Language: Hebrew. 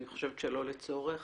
אני חושבת שלא לצורך.